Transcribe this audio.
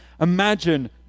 Imagine